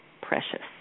precious